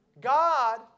God